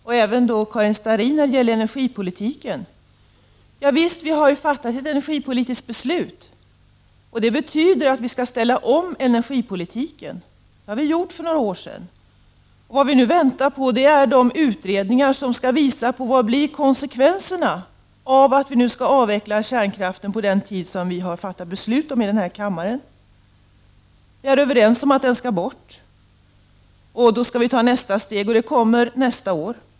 Fru talman! Först till Annika Åhnberg och även Karin Starrin när det gäller energipolitiken. Javisst, vi har fattat ett energipolitiskt beslut, och det betyder att vi skall ställa om energipolitiken. Det har vi gjort för några år sedan, och vad vi väntar på är de utredningar som skall visa konsekvenserna av att vi avvecklar kärnkraften på den tid som vi fattat beslut om i den här kammaren. Vi är överens om att kärnkraften skall bort. Då skall vi ta nästa steg, och det sker nästa år.